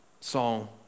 song